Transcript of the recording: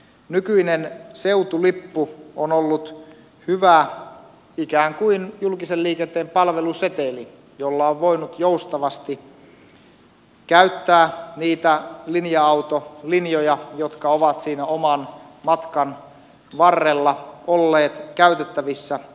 nykyinen seutulippu on ollut hyvä ikään kuin julkisen liikenteen palveluseteli jolla on voinut joustavasti käyttää niitä linja autolinjoja jotka ovat siinä oman matkan varrella olleet käytettävissä